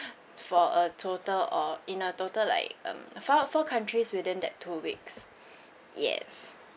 for a total of in a total like um five four countries within that two weeks yes